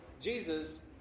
Jesus